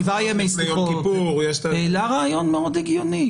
סליחות לפני יום כיפור --- הוא העלה רעיון מאוד הגיוני.